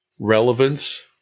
relevance